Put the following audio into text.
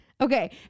Okay